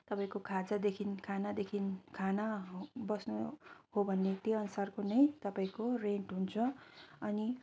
तपाईँको खाजादेखि खानादखि खाना बस्नु हो भने त्यही अनुसारको नै तपाईँको रेन्ट हुन्छ अनि